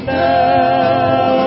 now